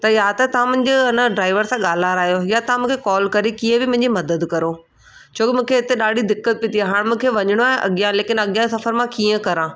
त या त तव्हां मुंहिंजो आहिनि ड्राईवर सां ॻाल्हारायो या तव्हां मूंखे कॉल करे कीअं बि मुंहिंजी मदद करो छो की मूंखे ॾाढी दिक़त पई थिए हाणे मूंखे वञिणो आहे अॻियां लेकिन अॻियां सफर मां कीअं करां